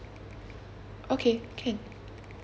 okay can